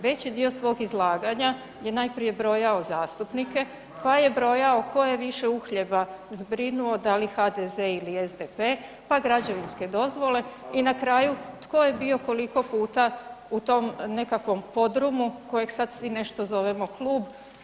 Veći dio svog izlaganja je najprije brojao zastupnike pa je brojao tko je više uhljeba zbrinuo, da li HDZ ili SDP pa građevinske dozvole i na kraju tko je bio koliko puta u tom nekakvom podrumu kojeg sad svi nešto zovemo klub.